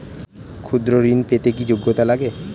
ক্ষুদ্র ঋণ পেতে কি যোগ্যতা লাগে?